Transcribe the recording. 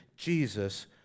Jesus